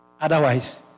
Otherwise